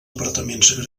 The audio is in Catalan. apartaments